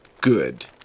good